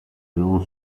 non